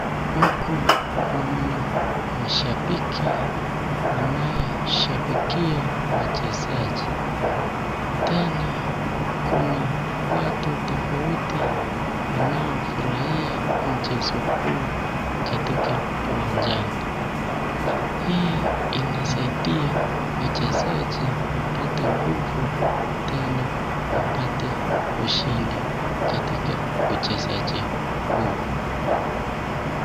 Huku naona mashabiki wanayeshabikia wachezaji, tena kuna watu tofauti wanaofurahia mchezo huu katika uwanjani. Hii inasaidia wachezaji wapate nguvu tena wapate ushindi katika mchezo huu.